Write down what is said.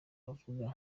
bavuga